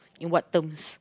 in what terms